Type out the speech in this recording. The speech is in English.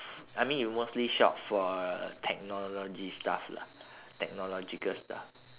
I mean you mostly shop for technology stuff lah technological stuff